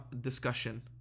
discussion